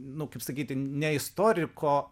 nu kaip sakyti ne istoriko